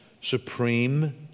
supreme